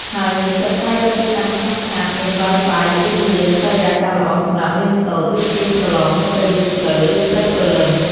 ហើយនិស្សិត ស្វែងរកទីតាំងស្ងប់ស្ងាត់ មាន Wi-Fi ល្បឿនលឿន និងបរិយាកាសល្អសម្រាប់រៀនសូត្រ ឬត្រៀមប្រឡងនៅពេលយប់ជ្រៅ ឬព្រឹកព្រលឹម។